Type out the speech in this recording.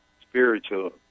spiritual